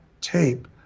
Tape